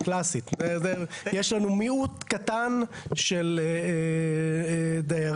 יש לנו מיעוט קטן של דיירים,